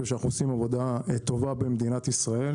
שאנחנו עושים עבודה טובה במדינת ישראל,